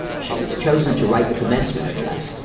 she was chosen to write the commencement address,